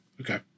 okay